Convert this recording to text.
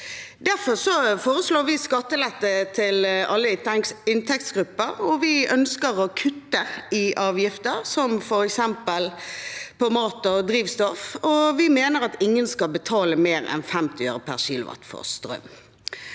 Derfor foreslår vi skattelette til alle inntektsgrupper, vi ønsker å kutte i avgifter, som f.eks. avgifter på mat og drivstoff, og vi mener at ingen skal betale mer enn 50 øre per kWh for strøm.